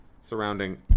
surrounding